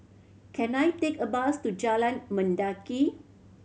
can I take a bus to Jalan Mendaki